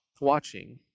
watching